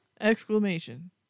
Exclamation